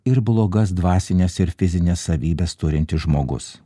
ir blogas dvasines ir fizines savybes turintis žmogus